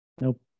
nope